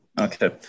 Okay